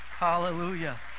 Hallelujah